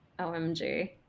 OMG